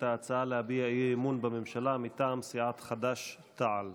ההצעה להביע אי-אמון בממשלה מטעם סיעת חד"ש-תע"ל.